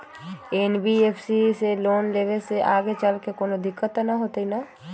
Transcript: NBFC से loan लेबे से आगेचलके कौनो दिक्कत त न होतई न?